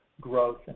growth